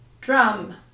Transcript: drum